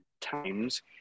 times